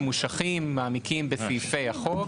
ממושכים ומעמיקים בסעיפי החוק.